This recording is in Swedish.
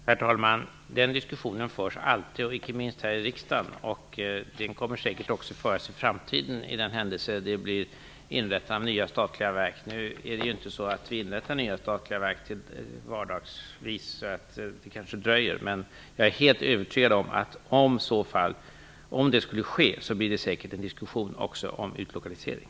Herr talman! Den diskussionen förs alltid, icke minst här i riksdagen, och den kommer säkerligen att föras också i framtiden, för den händelse att det inrättas nya statliga verk. Nu inrättar vi inte till vardags nya statliga verk - det kommer kanske att dröja - men jag är helt övertygad om att det därvid också blir en diskussion om lokaliseringen.